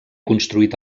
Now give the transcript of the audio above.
construït